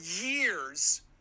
years